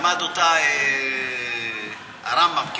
למד אותה הרמב"ם.